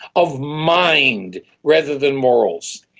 of mind rather than morals.